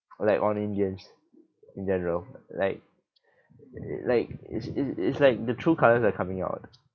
like on indians in general like like it's it's it's like the true colours are coming out